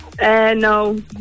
No